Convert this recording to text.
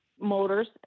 Motors